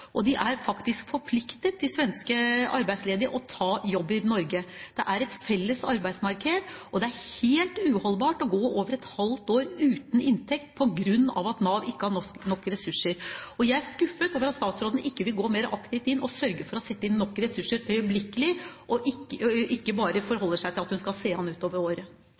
og bemanningsselskapene. Nav Utland må tåle svingninger. De må ivareta disse borgerne på lik linje med norske. De svenske arbeidsledige er faktisk forpliktet til å ta jobb i Norge. Det er et felles arbeidsmarked, og det er helt uholdbart å gå over et halvt år uten inntekt på grunn av at Nav ikke har nok ressurser. Jeg er skuffet over at statsråden ikke vil gå mer aktivt inn og sørge for å sette inn nok ressurser øyeblikkelig, og ikke bare forholde seg til at hun